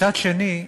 מצד שני,